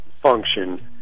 function